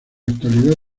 actualidad